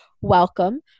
welcome